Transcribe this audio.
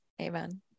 Amen